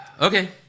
Okay